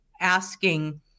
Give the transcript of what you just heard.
asking